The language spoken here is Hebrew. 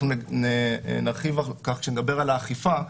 אנחנו נרחיב על כך כשנדבר על אכיפה,